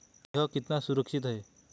यह कितना सुरक्षित है?